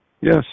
Yes